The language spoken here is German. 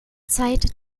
zeit